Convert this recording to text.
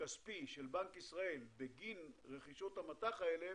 הכספי של בנק ישראל בגין רכישות המט"ח האלה